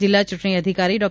જિલ્લા ચૂંટણી અધિકારી ડો